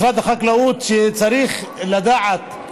משרד החקלאות צריך לדעת: